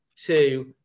Two